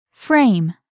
Frame